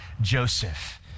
Joseph